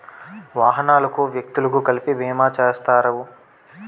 వాహనాలకు వ్యక్తులకు కలిపి బీమా చేస్తారు